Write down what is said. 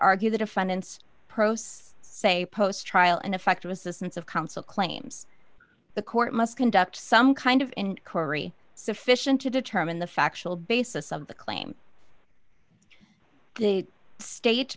argue the defendant's pros say post trial ineffective assistance of counsel claims the court must conduct some kind of inquiry sufficient to determine the factual basis of the claim the sta